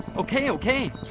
okay, okay?